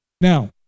Now